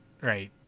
right